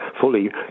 fully